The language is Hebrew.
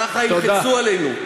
ככה ילחצו עלינו.